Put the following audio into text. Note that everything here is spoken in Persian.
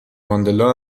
ماندلا